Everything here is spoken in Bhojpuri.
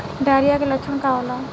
डायरिया के लक्षण का होला?